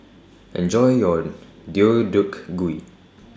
Enjoy your Deodeok Gui